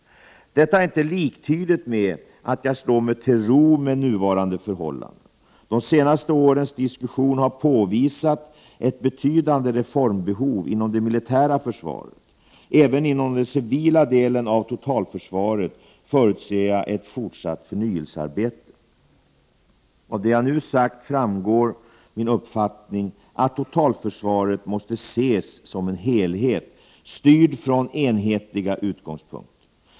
Detta är inte liktydigt med att jag slår mig till ro med de nuvarande förhållandena. Det senaste årets diskussion har påvisat ett betydande reformbehov inom det militära försvaret. Även inom den civila delen av totalförsvaret förutser jag ett fortsatt förnyelsearbete. Av det jag nu har sagt framgår min uppfattning att totalförsvaret måste ses som en helhet, styrd från enhetliga utgångspunkter.